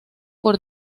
por